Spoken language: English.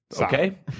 Okay